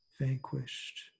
vanquished